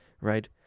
right